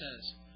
says